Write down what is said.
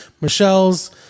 Michelle's